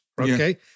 okay